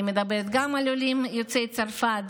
אני מדברת גם על עולים יוצאי צרפת,